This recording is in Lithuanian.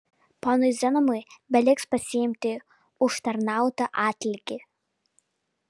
ponui zenonui beliks pasiimti užtarnautą atlygį